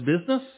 business